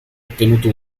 ottenuto